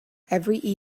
every